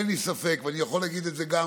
אין לי ספק, ואני יכול להגיד את זה גם